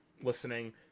listening